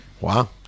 Wow